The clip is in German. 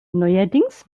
neuerdings